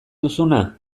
duzuna